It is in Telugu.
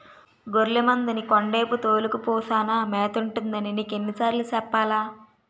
గొర్లె మందని కొండేపు తోలుకపో సానా మేతుంటదని నీకెన్ని సార్లు సెప్పాలా?